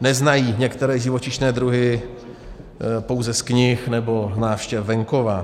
neznají některé živočišné druhy pouze z knih nebo návštěv venkova.